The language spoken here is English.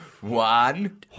One